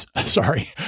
Sorry